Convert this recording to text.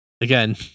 again